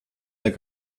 der